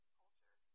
culture